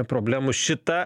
problemų šita